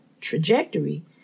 trajectory